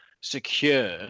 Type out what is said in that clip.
secure